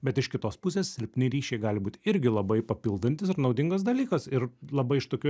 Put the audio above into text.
bet iš kitos pusės silpni ryšiai gali būt irgi labai papildantis ir naudingas dalykas ir labai iš tokių